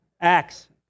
Acts